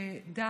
שדי